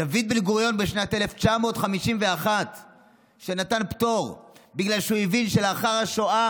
דוד בן-גוריון בשנת 1951 נתן פטור בגלל שהוא הבין שלאחר השואה,